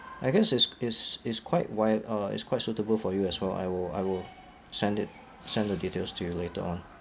I guess is is is quite wide uh it's quite suitable for you as well I will I will send it send the details to you later on